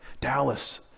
Dallas